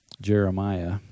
Jeremiah